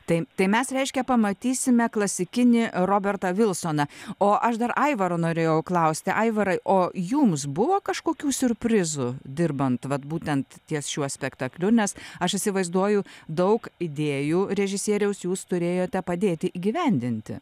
taip tai mes reiškia pamatysime klasikinį robertą vilsoną o aš dar aivaro norėjo klausti aivarai o jums buvo kažkokių siurprizų dirbant vat būtent ties šiuo spektakliu nes aš įsivaizduoju daug idėjų režisieriaus jūs turėjote padėti įgyvendinti